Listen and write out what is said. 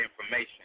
information